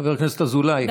חבר הכנסת אזולאי.